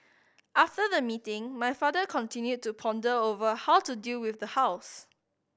after the meeting my father continued to ponder over how to deal with the house